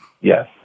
Yes